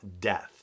death